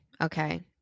okay